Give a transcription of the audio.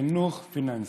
חינוך פיננסי.